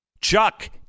Chuck